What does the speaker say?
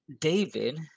David